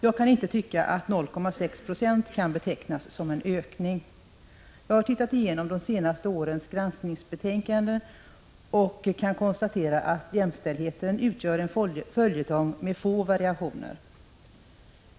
Jag tycker inte att 0,6 20 kan betecknas som en ökning för kvinnornas del. Jag har sett igenom de senaste årens granskningsbetänkanden och kan konstatera att jämställdheten utgör en följetong med få variationer.